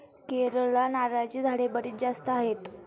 केरळला नारळाची झाडे बरीच जास्त आहेत